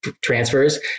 transfers